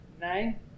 Nine